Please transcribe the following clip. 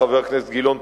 חבר הכנסת גילאון,